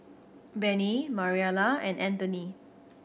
Bennie Mariela and Antony